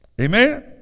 Amen